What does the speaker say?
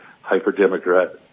hyper-Democrat